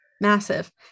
Massive